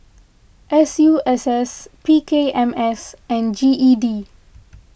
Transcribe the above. S U S S P K M S and G E D